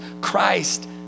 Christ